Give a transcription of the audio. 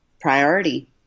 priority